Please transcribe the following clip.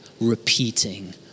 repeating